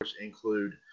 include